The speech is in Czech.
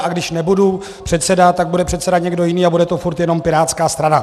A když nebudu předseda, tak bude předseda někdo jiný a bude to furt jenom Pirátská strana.